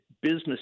business